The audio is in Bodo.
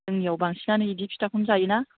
जोंनियाव बांसिनानो बिदि फिथाखौनो जायो ना